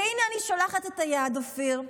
והינה, אני שולחת את היד, אופיר.